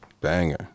banger